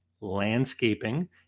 landscaping